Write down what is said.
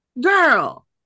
Girl